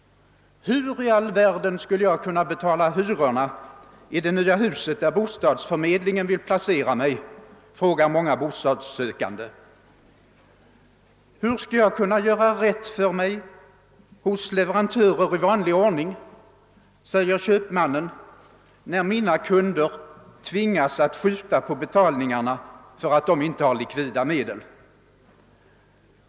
Hur i all världen skulle jag kunna betala hyrorna i det nya hus där bostadsförmedlingen vill placera mig? frågar många bostadssökande. Hur skall jag kunna göra rätt för mig hos leverantörer i vanlig ordning, säger köpmannen, när mina kunder tvingas att skjuta på betalningarna för att de inte har likvida medel?